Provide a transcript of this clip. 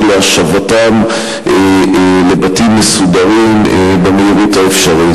להשבתם לבתים מסודרים במהירות האפשרית.